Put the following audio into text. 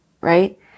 right